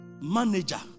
manager